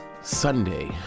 Sunday